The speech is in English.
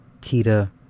Tita